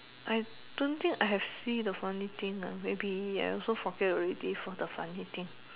I don't think I have seen a funny thing ah maybe I also forget already for the funny thing